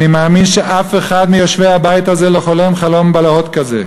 אני מאמין שאף אחד מיושבי הבית הזה לא חולם חלום בלהות כזה.